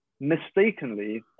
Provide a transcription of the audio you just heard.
mistakenly